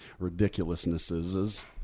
ridiculousnesses